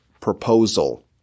proposal